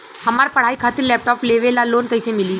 हमार पढ़ाई खातिर लैपटाप लेवे ला लोन कैसे मिली?